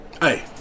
Hey